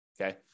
okay